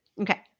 Okay